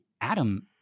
Adam